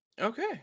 Okay